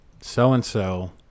so-and-so